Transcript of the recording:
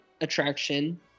attraction